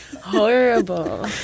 Horrible